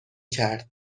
کرد